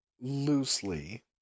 Loosely